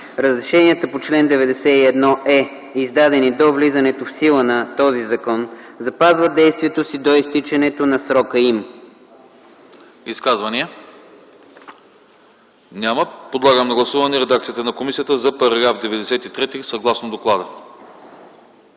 Разрешенията по чл. 91е, издадени до влизането в сила на този закон, запазват действието си до изтичането на срока им”.